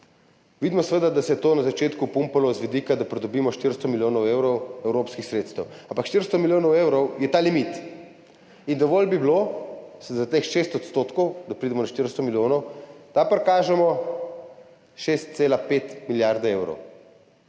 Vidimo seveda, da se je to na začetku pumpalo z vidika, da pridobimo 400 milijonov evrov evropskih sredstev, ampak 400 milijonov evrov je ta limit in dovolj bi bilo za teh 6 %, da pridemo do 400 milijonov, da prikažemo 6,5 milijarde evrov.